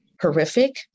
horrific